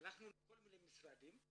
הלכנו לכל מיני משרדים,